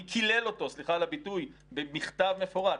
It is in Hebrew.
מי קילל אותו - סליחה על הביטוי - במכתב מפורט?